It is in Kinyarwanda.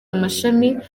amashami